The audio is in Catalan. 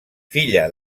filla